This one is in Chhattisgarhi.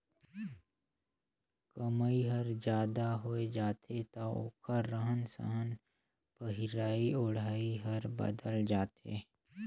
कमई हर जादा होय जाथे त ओखर रहन सहन पहिराई ओढ़ाई हर बदलत जाथे